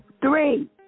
Three